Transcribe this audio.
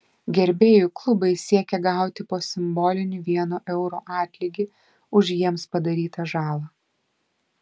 gerbėjų klubai siekia gauti po simbolinį vieno euro atlygį už jiems padarytą žalą